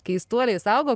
keistuoliais augo